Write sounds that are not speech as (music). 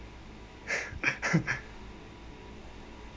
(laughs)